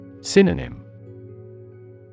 Synonym